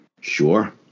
Sure